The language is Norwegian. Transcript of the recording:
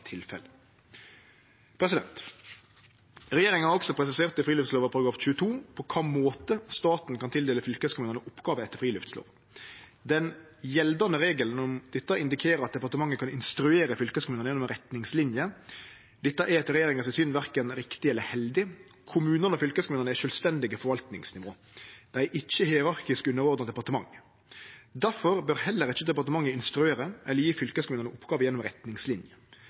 Regjeringa har også presisert i friluftslova § 22 på kva måte staten kan tildele fylkeskommunane oppgåver etter friluftslova. Den gjeldande regelen om dette indikerer at departementet kan instruere fylkeskommunane gjennom retningslinjer. Dette er etter regjeringa sitt syn verken riktig eller heldig. Kommunane og fylkeskommunane er sjølvstendige forvaltingsnivå. Dei er ikkje hierarkisk underordna departementet. Difor bør heller ikkje departementet instruere fylkeskommunane eller gje dei oppgåver gjennom